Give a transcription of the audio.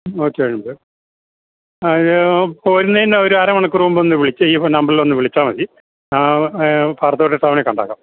ഉച്ച കഴിയുമ്പോൾ പോരുന്നതിന് ഒരു അര മണിക്കൂർ മുൻപ് ഒന്ന് വിളിച്ച് ഈ നമ്പറിലൊന്ന് വിളിച്ചാൽ മതി പാറത്തോട് ടൗണിൽ കണ്ടേക്കാം